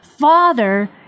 Father